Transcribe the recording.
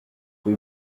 rue